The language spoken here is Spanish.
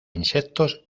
insectos